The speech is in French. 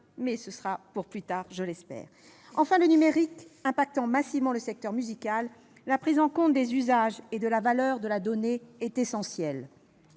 cela se fera plus tard. Enfin, le numérique impactant massivement le secteur musical, la prise en compte des usages et de la valeur de la donnée est essentielle.